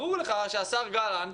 ברור לך שהשר גלנט